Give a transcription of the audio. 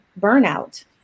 burnout